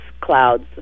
clouds